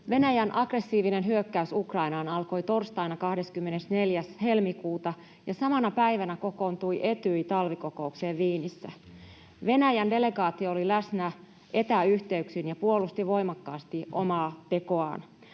Venäjän aggressiivinen hyökkäys Ukrainaan alkoi torstaina 24. helmikuuta, ja samana päivänä kokoontui Etyj talvikokoukseen Wienissä. Venäjän delegaatio oli läsnä etäyhteyksin ja puolusti voimakkaasti omaa tekoaan.